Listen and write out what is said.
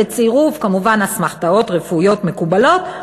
בצירוף כמובן אסמכתאות רפואיות מקובלות,